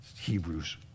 Hebrews